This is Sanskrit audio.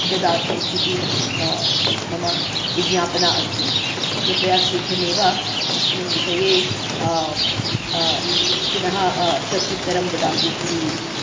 ददातु इति मम विज्ञापना अस्ति कृपया शीघ्रमेव अस्मिन् विषये पुनः प्रत्युत्तरं ददातु इति